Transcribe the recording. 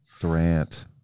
Durant